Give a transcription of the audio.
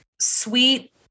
sweet